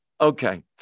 Okay